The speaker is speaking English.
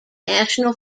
national